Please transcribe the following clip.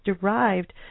derived